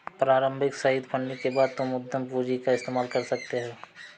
प्रारम्भिक seed funding के बाद तुम उद्यम पूंजी का इस्तेमाल कर सकते हो